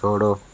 छोड़ो